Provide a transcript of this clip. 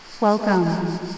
Welcome